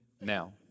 now